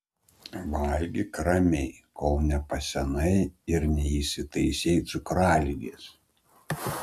valgyk ramiai kol nepasenai ir neįsitaisei cukraligės